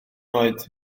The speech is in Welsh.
oed